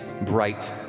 bright